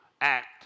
act